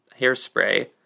Hairspray